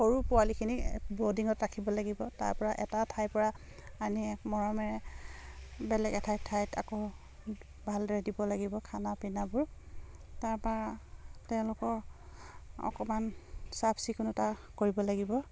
সৰু পোৱালিখিনি ব'ৰ্ডিঙত ৰাখিব লাগিব তাৰপৰা এটা ঠাইৰ পৰা আনি মৰমেৰে বেলেগ এঠাইত ঠাইত আকৌ ভালদৰে দিব লাগিব খানা পিনাবোৰ তাৰপৰা তেওঁলোকৰ অকমান চাফ চিকুণতা কৰিব লাগিব